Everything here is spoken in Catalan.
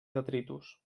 detritus